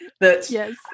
Yes